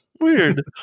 weird